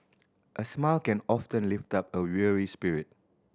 a smile can often lift up a weary spirit